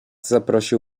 zaprosił